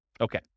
Okay